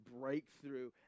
breakthrough